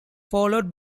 followed